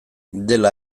dela